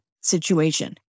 situation